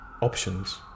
options